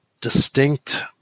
distinct